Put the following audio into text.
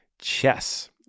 chess